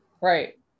Right